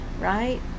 right